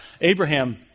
Abraham